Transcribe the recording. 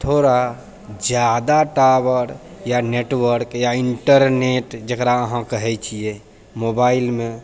थोड़ा ज्यादा टावर या नेटवर्क या इन्टरनेट जकरा अहाँ कहै छिए मोबाइलमे